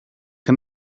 que